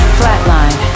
flatline